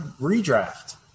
redraft